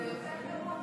זה יותר גרוע,